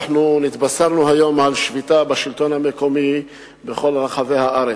אנחנו נתבשרנו היום על שביתה בשלטון המקומי בכל רחבי הארץ.